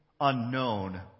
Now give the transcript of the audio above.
Unknown